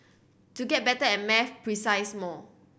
to get better at maths more